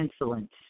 insolence